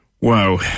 Wow